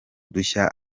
dushya